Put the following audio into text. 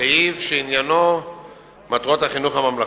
סעיף שעניינו מטרות החינוך הממלכתי,